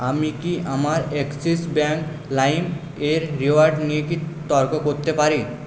আমি কি আমার অ্যাক্সিস ব্যাঙ্ক লাইম এর রিওয়ার্ড নিয়ে কি তর্ক করতে পারি